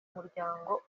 muryango